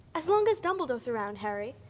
as long as dumbledore's around, harry,